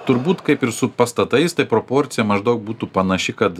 turbūt kaip ir su pastatais tai proporcija maždaug būtų panaši kad